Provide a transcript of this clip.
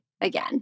again